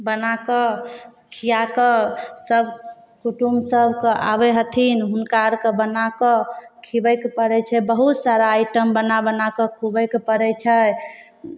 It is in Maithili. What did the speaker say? बनाकऽ खुआकऽ सभ कुटुम्बसभके आबै हथिन हुनका आओरके बनाकऽ खुआबैके पड़ै छै बहुत सारा आइटम बना बनाकऽ खुआबैके पड़ै छै